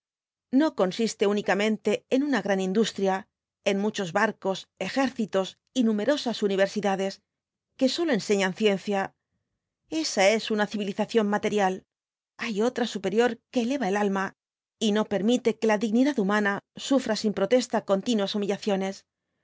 no consiste únicamente en una gran industria en muchos barcos ejércitos y numerosas universidades que sólo enseñan ciencia esa es una civilización material hay otra superior que eleva el alma y no permite que la dignidad humana sufra sin protesta continuas humillaciones